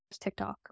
TikTok